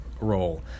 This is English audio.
role